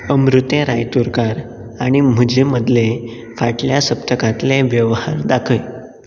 अमृतें रायतुरकार आनी म्हजे मदले फाटल्या सप्तकांतले वेवहार दाखय